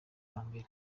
hambere